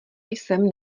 jsem